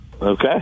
Okay